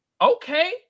Okay